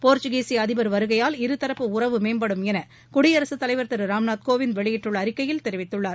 போர்க்கீய அதிபர் வருகையால் இருதரப்பு உறவு மேம்படும் என குடியரகத்தலைவர் திருராம்நாத் கோவிந்த் வெளியிட்டுள்ள அறிக்கையில் தெரிவித்துள்ளார்